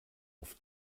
auf